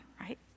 right